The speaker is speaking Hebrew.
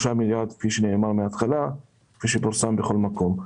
מיליארד שקלים כפי שנקבע בהתחלה וכפי שפורסם בכל מקום.